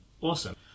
Awesome